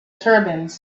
turbans